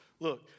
Look